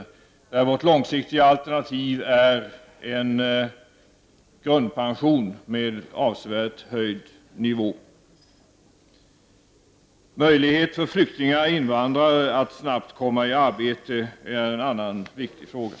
Vårt långsiktiga alternativ är en grundpension med en avsevärd höjning av nivån. Möjligheter för flyktingar och invandrare att snabbt komma ut i arbete är en annan viktig fråga.